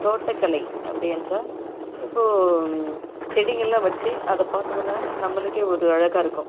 தோட்டக்கலை அப்படி என்றால் இப்போ செடிங்கள் எல்லாம் வச்சி அதை பார்த்தமுன்னா நம்பளுக்கே ஒரு அழகாக இருக்கும்